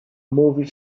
movie